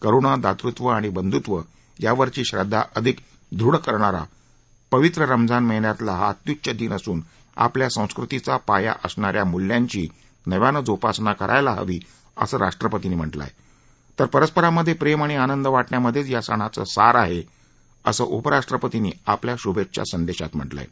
करुणा दातृत्व आणि बंधुत्व यावरची श्रद्धा अधिक दृढ करणारा पचित्र रमझान महिन्यातला हा अत्युच्च दिन असून आपल्या संस्कृतीचा पाया असणा या मुल्यांची नव्यानं जोपासना करायला हवी असं राष्ट्रपतींनी म्हटलं आहे तर परस्परांमधे प्रेम आणि आनंद वाटण्यामध्येच या सणाचं सार आहे असं उपराष्ट्रपतींनी आपल्या शुभेच्छा संदेशात म्हटलं आहे